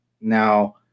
Now